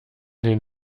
den